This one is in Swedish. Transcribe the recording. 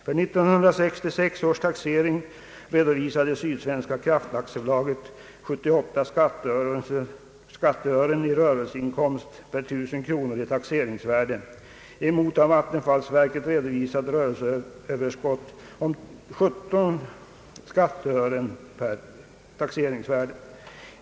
Vid 1966 års taxering redovisade Sydsvenska Kraft AB 78 skatteören i rörelseinkomst per 1000 kronor i taxeringsvärde emot av vattenfallsverket redovisat rörelseöverskott om 17 skatteören per 1000 kronor i taxeringsvärde.